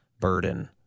burden